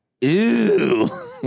Ew